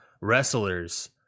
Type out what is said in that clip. Wrestlers